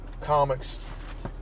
comics